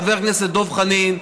חבר הכנסת דב חנין,